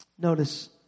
Notice